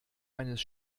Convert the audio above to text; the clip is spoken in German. eines